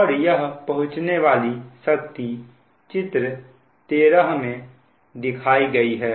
और यह पहुंचने वाली शक्ति चित्र 13 में दिखाई गई है